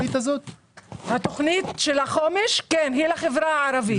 כן, תוכנית החומש היא לחברה הערבית.